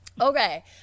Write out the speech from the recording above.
Okay